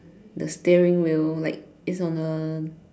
the steering wheel like it's on the